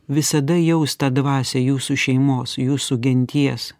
visada jaus tą dvasią jūsų šeimos jūsų genties